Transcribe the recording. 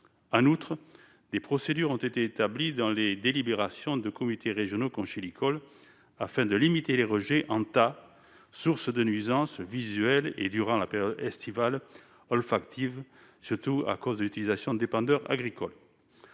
en outre les procédures ont été établies dans les délibérations de comités régionaux conchylicole afin de limiter les rejets Anta, source de nuisances visuelles et durant la période estivale olfactive, surtout à cause d'utilisation d'agricole,